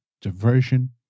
diversion